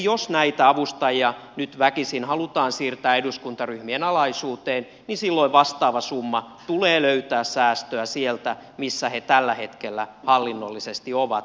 jos näitä avustajia nyt väkisin halutaan siirtää eduskuntaryhmien alaisuuteen niin silloin vastaava summa tulee löytää säästöä sieltä missä he tällä hetkellä hallinnollisesti ovat